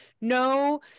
no